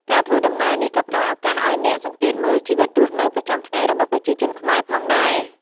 ការធ្វើដំណើរនេះក៏ផ្តល់ឱកាសឱ្យអ្នកសង្កេតមើលជីវិតរស់នៅប្រចាំថ្ងៃរបស់ប្រជាជនខ្មែរផងដែរ